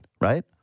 right